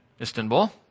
Istanbul